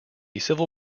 civil